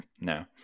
no